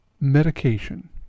medication